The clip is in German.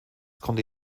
konnte